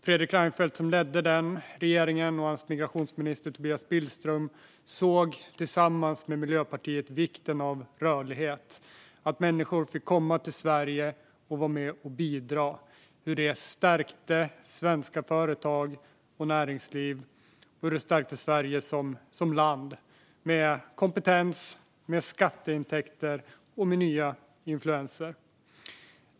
Fredrik Reinfeldt, som ledde den regeringen, och hans migrationsminister Tobias Billström insåg tillsammans med Miljöpartiet vikten av rörlighet - att människor fick komma till Sverige och vara med och bidra. Detta stärkte svenska företag och svenskt näringsliv, och det stärkte Sverige med kompetens, skatteintäkter och nya influenser.